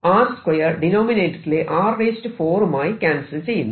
r 2 ഡിനോമിനേറ്ററിലെ r 4 മായി cancel ചെയ്യുന്നു